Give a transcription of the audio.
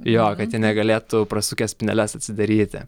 jo kad jie negalėtų prasukę spyneles atsidaryti